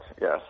yes